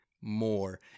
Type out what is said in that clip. more